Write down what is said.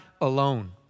alone